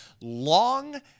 long